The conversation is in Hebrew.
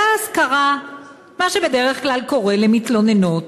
ואז קרה מה שבדרך כלל קורה למתלוננות: